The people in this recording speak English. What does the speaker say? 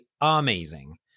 amazing